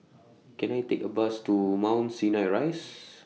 Can I Take A Bus to Mount Sinai Rise